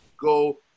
go